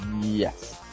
Yes